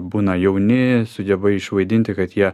būna jauni sugeba vaidinti kad jie